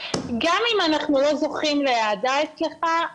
אם אנחנו לא זוכים לאהדה אצלך,